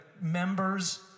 members